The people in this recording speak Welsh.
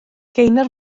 gaynor